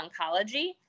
oncology